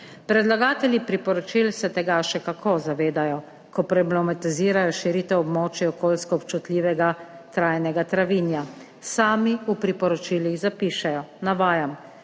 Predlagatelji priporočil se tega še kako zavedajo, ko problematizirajo širitev območij okolijsko občutljivega trajnega travinja. Sami v priporočilih zapišejo, navajam: